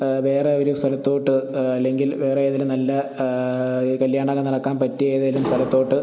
വേറെ ഒരു സ്ഥലത്തോട്ട് അല്ലെങ്കിൽ വേറേ ഏതെലും നല്ല ഈ കല്ല്യാണമൊക്കെ നടക്കാൻ പറ്റിയ ഏതെലും സ്ഥലത്തോട്ട്